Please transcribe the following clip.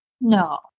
no